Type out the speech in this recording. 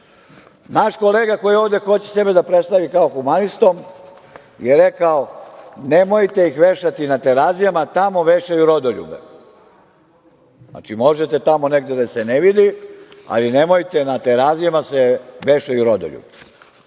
kolega koji ovde hoće sebe da predstavi kao humanistom je rekao - nemojte ih vešati na Terazijama, tamo vešaju rodoljube. Znači, možete tamo negde gde se ne vidi, ali nemojte, na Terazijama se vešaju rodoljubi.